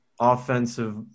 offensive –